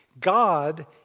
God